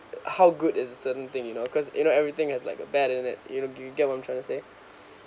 how good is a certain thing you know cause you know everything has like a bad in it you know do you get what I'm trying to say